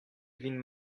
vin